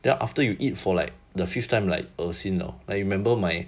then after you eat for like the fifth time like 恶心 liao like remember my